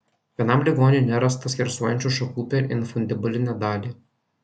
vienam ligoniui nerasta skersuojančių šakų per infundibulinę dalį